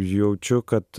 jaučiu kad